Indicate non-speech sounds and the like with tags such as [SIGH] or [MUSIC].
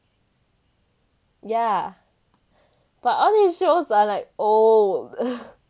ya but all his shows are like old [LAUGHS]